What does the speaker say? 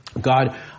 God